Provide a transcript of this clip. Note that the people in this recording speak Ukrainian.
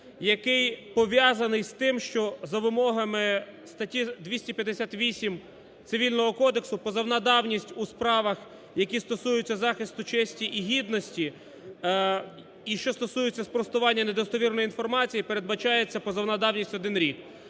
який пов'язаний з тим, що за вимогами статті 258 Цивільного кодексу позовна давність у справах, які стосуються захисту честі і гідності і що стосується спростування недостовірної інформації, передбачається позовна давність – 1 рік.